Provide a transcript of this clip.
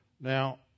now